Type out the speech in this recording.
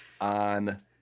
on